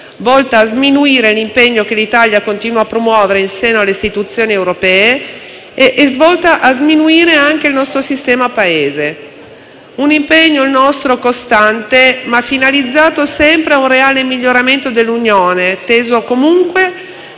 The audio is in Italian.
volta a sminuire l'impegno che l'Italia continua a promuovere in seno alle istituzioni europee e volta a sminuire anche il nostro sistema Paese. Un impegno, il nostro, costante, ma finalizzato sempre a un reale miglioramento dell'Unione, teso comunque